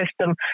system